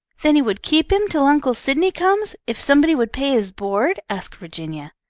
then he would keep him till uncle sydney comes, if somebody would pay his board? asked virginia.